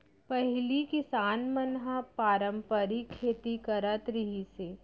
पहिली किसान मन ह पारंपरिक खेती करत रिहिस हे